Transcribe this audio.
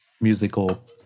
musical